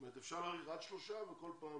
זאת אומרת, אפשר להאריך עד שלושה וכל פעם